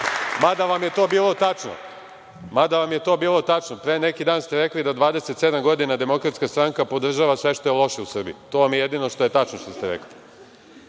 mada vam je to bilo tačno, pre neki dan ste rekli da 27 godina DS podržava sve što je loše u Srbiji. To vam jedino što je tačno što ste rekli. Dakle,